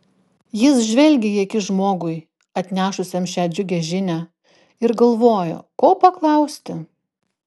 jis žvelgė į akis žmogui atnešusiam šią džiugią žinią ir galvojo ko paklausti